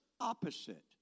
opposite